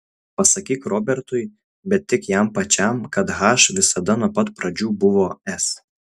pasakyk robertui bet tik jam pačiam kad h visada nuo pat pradžių buvo s